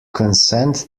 consent